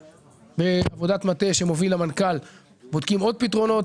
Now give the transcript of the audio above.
בעבודת מטה שמוביל המנכ"ל בודקים עכשיו עוד פתרונות